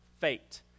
fate